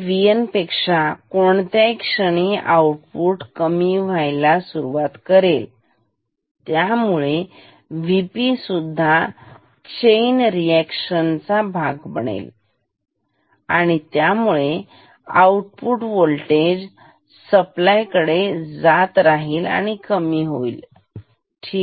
VN पेक्षा तर कोणत्याही क्षणी आउटपुट कमी व्हायला लागेल त्यामुळे VP सुद्धा चैन रिएक्शन कमी होईल आणि ह्यामुळे आउटपुट V सप्लाय कडे जाईल ठीक आहे